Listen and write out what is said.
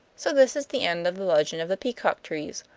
so this is the end of the legend of the peacock trees.